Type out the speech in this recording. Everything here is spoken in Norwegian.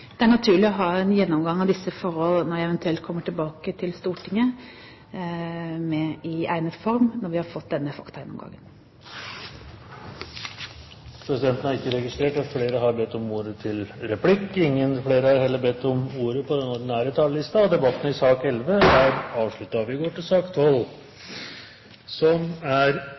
Det er naturlig å ha en gjennomgang av disse forholdene når jeg eventuelt kommer tilbake til Stortinget i egnet form når vi har fått denne faktagjennomgangen. Replikkordskiftet er omme. Flere har ikke bedt om ordet til sak nr. 11. Etter ønske fra kontroll- og konstitusjonskomiteen vil presidenten foreslå at taletiden begrenses til